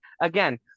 again